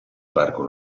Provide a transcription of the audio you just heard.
parco